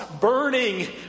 burning